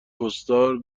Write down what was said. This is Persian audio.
پستال